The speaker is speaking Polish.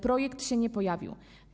Projekt się nie pojawił.